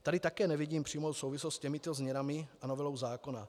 Tady také nevidím přímou souvislost s těmito změnami a novelou zákona.